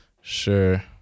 sure